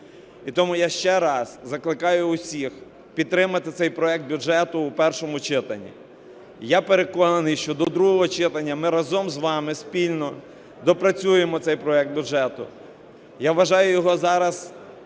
І тому я ще раз закликаю всіх підтримати цей проект бюджету в першому читанні. Я переконаний, що до другого читання ми разом з вами спільно доопрацюємо цей проект бюджету. Я вважаю його зараз